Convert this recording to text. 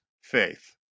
faith